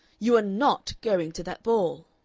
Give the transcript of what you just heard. you are not going to that ball!